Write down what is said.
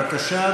בבקשה,